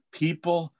people